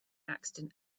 accident